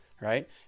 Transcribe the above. right